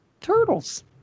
Turtles